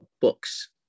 books